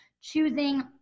choosing